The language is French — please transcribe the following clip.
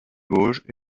vosges